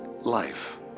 life